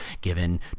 given